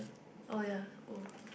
oh ya mm